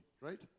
right